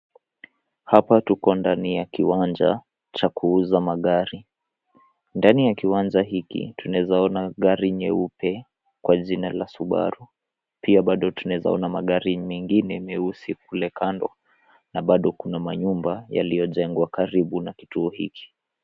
Hapa tuko ndani ya kiwanja cha kuuza magari. Ndani ya kiwanja hiki, tunazoona gari nyeupe kwa jina la Subaru .Pia bado tunaweza ona magari mengine meusi kule kando na bado kuna manyumba yaliyojengwa karibu na kituo hiki.